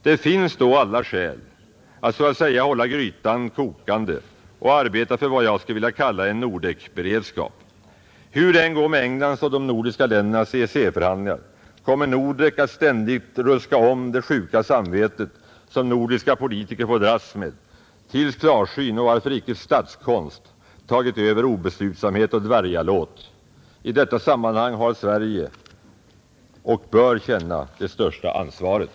Det finns då alla skäl att så att säga hålla grytan kokande och arbeta för vad jag skulle vilja kalla en Nordekberedskap. Hur det än går med Englands och de nordiska ländernas EEC-förhandlingar kommer Nordek att ständigt ruska om det sjuka samvetet, som nordiska politiker får dras med, tills klarsyn — och varför icke statskonst — tagit över obeslutsamhet och dvärgalåt. I detta sammanhang bör Sverige känna det största ansvaret.